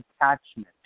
attachment